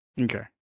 Okay